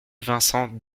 vincent